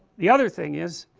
the other thing is,